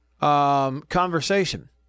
conversation